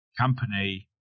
company